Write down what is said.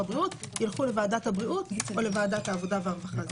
הרווחה והבריאות ילכו לוועדת הבריאות או לוועדת העבודה והרווחה.